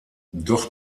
doch